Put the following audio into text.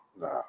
Nah